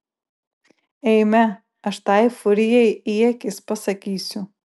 eime aš tai furijai į akis pasakysiu